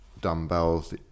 dumbbells